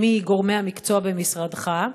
מגורמי המקצוע במשרדך,